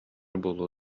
буолуо